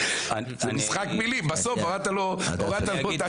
זה משחק מילים, בסוף הורדת לו 270. נכון, נכון.